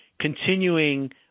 continuing